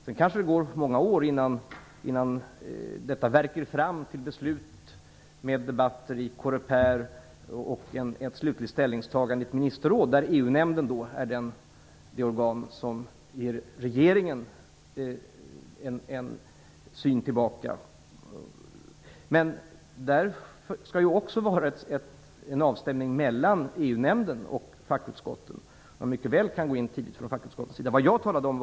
Sedan kanske det går många år innan detta värker fram till beslut, med debatter i Coreper och ett slutligt ställningstagande i ministerrådet. EU-nämnden är då det organ som ger regeringen en åsikt. Men där skall det också göras en avstämning mellan EU-nämnden och fackutskotten. Fackutskotten kan mycket väl gå in tidigt.